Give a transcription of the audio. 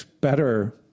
better